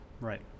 Right